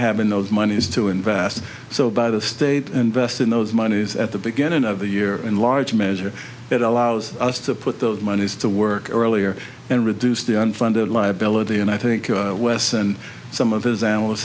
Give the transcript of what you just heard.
have in those monies to invest so by the state invest in those monies at the beginning of the year in large measure it allows us to put those monies to work earlier and reduce the unfunded liability and i think wes and some of his an